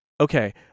okay